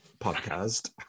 podcast